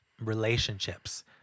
relationships